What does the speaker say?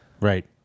Right